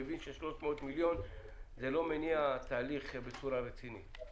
מבין ש-300 מיליון זה לא מניע תהליך בצורה רצינית.